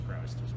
Christ